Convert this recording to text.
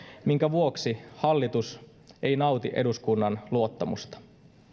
minkä vuoksi hallitus ei nauti eduskunnan luottamusta